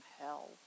hell